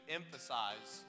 emphasize